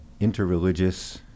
interreligious